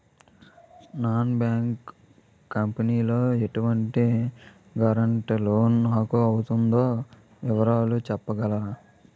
Non banking company లో ఎటువంటి guarantee loan నాకు అవుతుందో వివరాలు చెప్పగలరా?